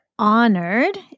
honored